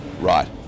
right